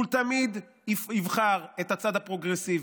הוא תמיד יבחר את הצד הפרוגרסיבי,